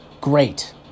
great